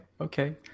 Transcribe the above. Okay